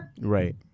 Right